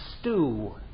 stew